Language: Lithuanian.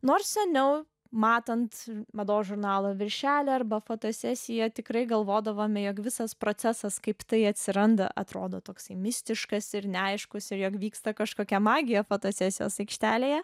nors seniau matant mados žurnalo viršelį arba fotosesiją tikrai galvodavome jog visas procesas kaip tai atsiranda atrodo toksai mistiškas ir neaiškus ir jog vyksta kažkokia magija fotosesijos aikštelėje